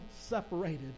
separated